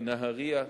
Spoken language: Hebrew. בנהרייה,